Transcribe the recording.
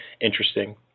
interesting